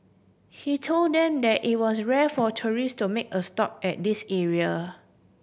he told them that it was rare for tourist to make a stop at this area